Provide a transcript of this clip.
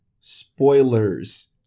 spoilers